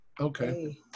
Okay